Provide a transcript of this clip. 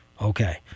Okay